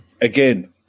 again